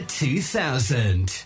2000